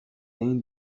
این